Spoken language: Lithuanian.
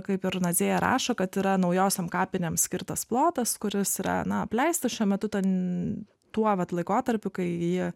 kaip ir nadzėja rašo kad yra naujosiom kapinėm skirtas plotas kuris yra na apleistas šiuo metu ten tuo vat laikotarpiu kai ji